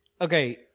okay